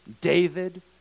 David